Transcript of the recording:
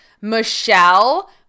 Michelle